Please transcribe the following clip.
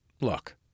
Look